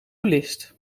lijst